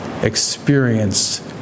experienced